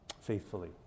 faithfully